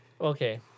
Okay